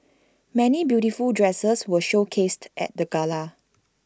many beautiful dresses were showcased at the gala